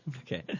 Okay